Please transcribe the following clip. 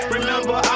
Remember